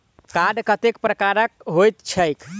Card कतेक प्रकारक होइत छैक?